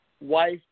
wife